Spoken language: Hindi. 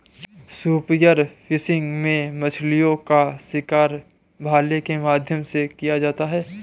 स्पीयर फिशिंग में मछलीओं का शिकार भाले के माध्यम से किया जाता है